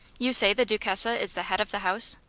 you say the duchessa is the head of the house?